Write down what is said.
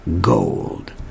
Gold